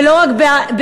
ולא רק בערד,